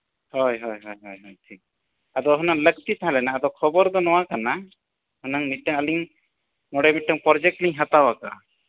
ᱦᱳᱭ ᱦᱳᱭ ᱦᱳᱭ ᱦᱳᱭ ᱦᱳᱭ ᱴᱷᱤᱠ ᱟᱫᱚ ᱦᱩᱱᱟᱹᱝ ᱞᱟᱹᱠᱛᱤ ᱛᱟᱦᱮᱸ ᱞᱮᱱᱟ ᱟᱫᱚ ᱠᱷᱚᱵᱚᱨ ᱫᱚ ᱱᱚᱣᱟ ᱠᱟᱱᱟ ᱦᱩᱱᱟᱝ ᱢᱤᱫᱴᱟᱹᱝ ᱟᱹᱞᱤᱧ ᱚᱸᱰᱮ ᱢᱤᱫᱴᱟᱹᱝ ᱯᱨᱚᱡᱮᱠᱴ ᱞᱤᱧ ᱦᱟᱛᱟᱣᱟᱠᱟᱜᱼᱟ